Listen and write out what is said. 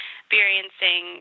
experiencing